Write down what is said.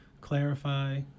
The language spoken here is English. clarify